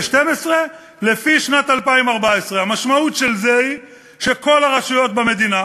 12 לפי שנת 2014. המשמעות של זה היא שכל הרשויות במדינה,